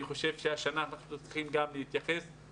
חושב שגם השנה אנחנו צריכים להתייחס לזה.